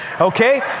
Okay